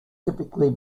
typically